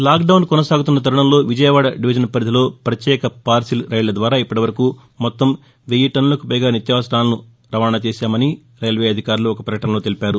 lockdown కొనసాగుతున్న తరుణంలో Vijayawada division పరిధిలో పత్యేక పార్నిల్ రైళ్ల ద్వారా ఇప్పటివరకు మొత్తం వెయ్యి టన్నులకు పైగా నిత్యావసరాలను రవాణా చేశామని రైల్వే అధికారులు ఒక ప్రకటనలో తెలిపారు